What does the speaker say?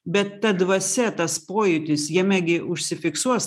bet ta dvasia tas pojūtis jame gi užsifiksuos